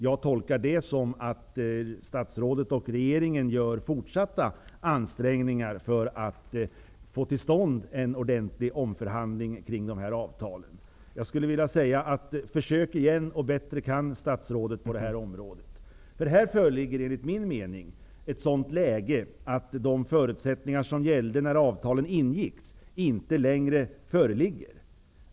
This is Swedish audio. Jag tolkar det som att statsrådet och regeringen kommer att göra fortsatta ansträngningar för att få till stånd en ordentlig omförhandling kring dessa avtal. Jag skulle vilja säga följande: Försök igen, statsrådet kan bättre på det här området! Här föreligger enligt min mening ett sådant läge att de förutsättningar som gällde när avtalen ingicks inte längre finns.